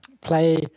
Play